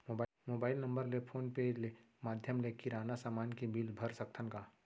Mobile number ले PhonePe ले माधयम ले किराना समान के बिल भर सकथव का?